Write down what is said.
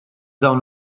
dawn